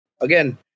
again